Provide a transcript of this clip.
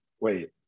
Wait